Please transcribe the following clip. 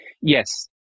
Yes